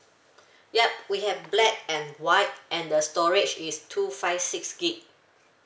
yup we have black and white and the storage is two five six gig